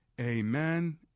amen